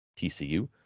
TCU